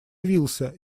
явился